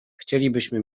chcielibyśmy